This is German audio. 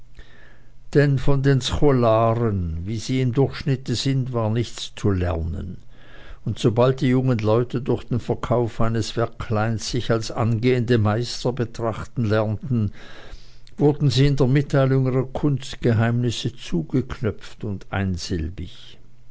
denn von den scholaren wie sie im durchschnitte sind war nichts zu lernen und sobald die jungen leute durch den verkauf eines werkleins sich als angehende meister betrachten lernten wurden sie in der mitteilung ihrer kunstgeheimnisse zugeknöpft und einsilbig